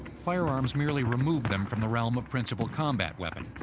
firearms merely removed them from the realm of principle combat weapon.